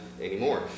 anymore